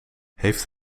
heeft